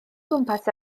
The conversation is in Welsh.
gwmpas